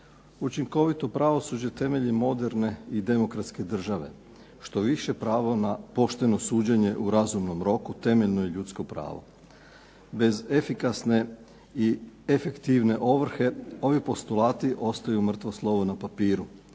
Učinkovito pravosuđe temelji moderne i demokratske države, štoviše pravo na pošteno suđenje u razumnom roku temeljno je ljudsko pravo. Bez efikasne i efektivne ovrhe ovi postulati ostaju mrtvo slovo na papiru,